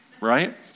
Right